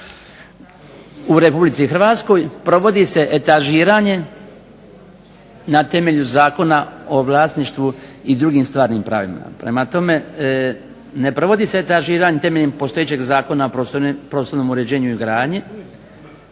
u Republici Hrvatskoj provodi se etažiranje na temelju Zakonu o vlasništvu i drugim stvarnim pravima. Prema tome ne provodi se etažiranje temeljem postojećeg Zakona o prostornom uređenju i gradnji,